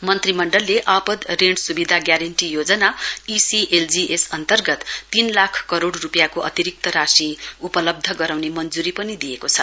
मन्त्रीमण्डलले आपाद ऋण सुविधा ग्यारेण्टी योजना E C L G S अन्तर्गत तीन लाख करोड रूपियाँको अतिरिक्त राशि उपलब्ध गराउने मञ्जूरी पनि दिएको छ